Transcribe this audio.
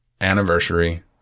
anniversary